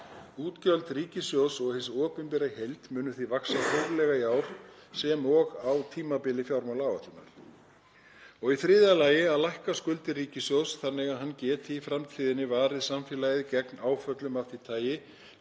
Útgjöld ríkissjóðs og hins opinbera í heild munu því vaxa hóflega í ár og á tímabili fjármálaáætlunar. Í þriðja lagi að lækka skuldir ríkissjóðs þannig að hann geti í framtíðinni varið samfélagið gegn áföllum af því tagi